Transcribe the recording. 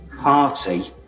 party